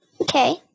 Okay